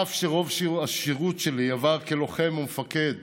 אף שרוב השירות שלי עבר כלוחם וכמפקד